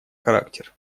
характер